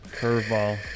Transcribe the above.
Curveball